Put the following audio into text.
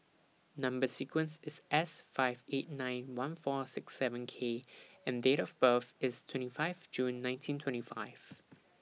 Number sequence IS S five eight nine one four six seven K and Date of birth IS twenty five June nineteen twenty five